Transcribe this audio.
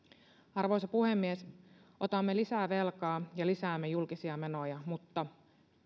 arvoisa puhemies otamme lisää velkaa ja lisäämme julkisia menoja mutta